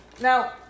Now